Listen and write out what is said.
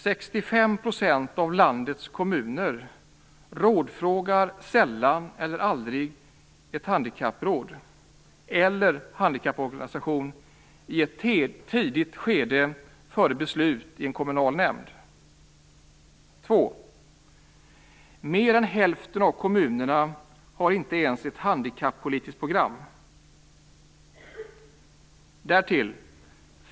65 % av landets kommuner rådfrågar sällan eller aldrig ett handikappråd eller en handikapporganisation i ett tidigt skede före beslut i en kommunal nämnd. 2. Mer än hälften av kommunerna har inte ens ett handikappolitiskt program.